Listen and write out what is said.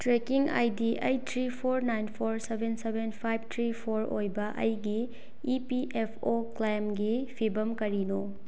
trekking I D eight three four nine four seven seven five three four ꯑꯣꯏꯕ ꯑꯩꯒꯤ E P F O ꯀ꯭ꯂꯦꯝꯒꯤ ꯐꯤꯚꯝ ꯀꯔꯤꯅꯣ